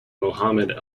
mohamed